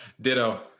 Ditto